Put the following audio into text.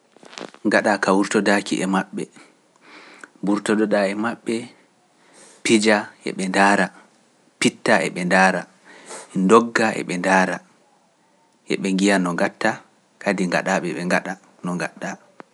Ngaɗa ka wurtodaaki e maɓɓe, mburtodo ɗaa e maɓɓe pija e ɓe ndaara, pitta e ɓe ndaara, ndogga e ɓe ndaara, e ɓe njiya no ngatta kadi ngaɗa ɓe ɓe ngaɗa no ngatta.